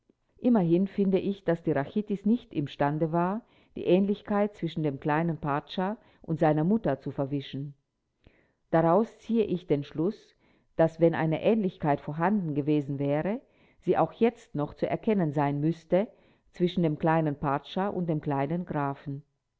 immerhin finde ich daß die rachitis nicht imstande war die ähnlichkeit zwischen dem kleinen pracza und seiner mutter zu verwischen daraus ziehe ich den schluß daß wenn eine ähnlichkeit vorhanden gewesen wäre sie auch jetzt noch zu erkennen sein müßte zwischen dem kleinen pracza und dem kleinen grafen